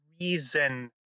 reason